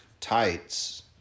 tights